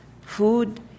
Food